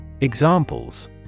Examples